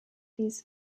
these